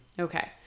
Okay